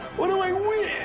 what do i win?